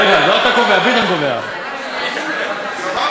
רגע, לא אתה קובע, ביטן קובע.